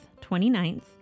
29th